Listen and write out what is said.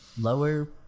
lower